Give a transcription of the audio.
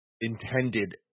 intended